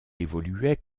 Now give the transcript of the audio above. évoluait